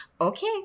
okay